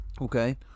Okay